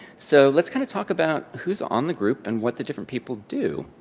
so, let's kind of talk about who's on the group, and what the different people do.